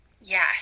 Yes